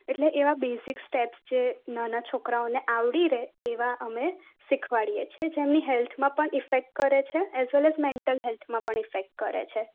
એટલે એવાં basic step જે નાના છોકરાઓને આવડી રહે એવાં અમે શીખવાડીએ છીએ જે એમની હેલ્થમાં પણ ઇફેક્ટ કરે છે એઝ વેલ એઝ મેન્ટલ હેલ્થમાં પણ ઇફેક્ટ કરે છે